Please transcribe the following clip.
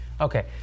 Okay